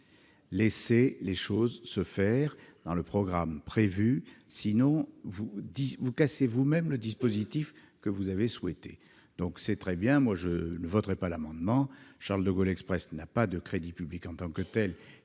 Laissez les choses se faire selon le programme prévu, sinon vous casserez vous-même le dispositif que vous avez souhaité. Je le répète, je ne voterai pas cet amendement, car, Charles-de-Gaulle Express n'ayant pas de crédits publics en tant que tels,